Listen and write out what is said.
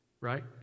right